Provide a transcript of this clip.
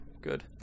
Good